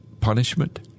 punishment